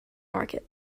market